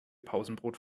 pausenbrot